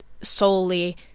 solely